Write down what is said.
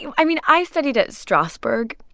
yeah i mean, i studied at strasberg,